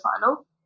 final